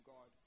God